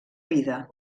vida